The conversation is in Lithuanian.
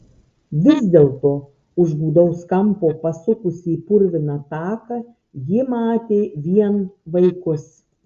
vis dėlto už gūdaus kampo pasukusi į purviną taką ji matė vien vaikus